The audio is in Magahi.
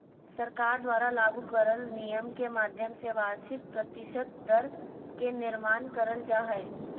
सरकार द्वारा लागू करल नियम के माध्यम से वार्षिक प्रतिशत दर के निर्माण करल जा हय